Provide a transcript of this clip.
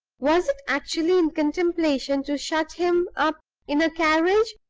was it actually in contemplation to shut him up in a carriage,